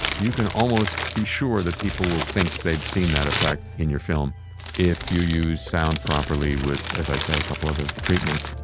you can almost be sure that people will think they've seen that effect in your film if you use sound properly with as i say a couple other treatments